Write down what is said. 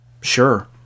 Sure